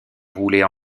roulaient